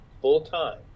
full-time